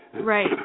Right